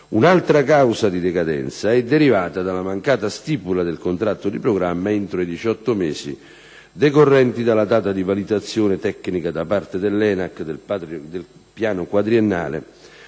Un'altra causa di decadenza è derivata dalla mancata stipula del contratto di programma entro i 18 mesi decorrenti dalla data di validazione tecnica da parte dell'ENAC del piano quadriennale